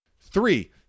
Three